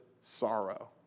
sorrow